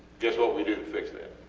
guess what we do to fix that?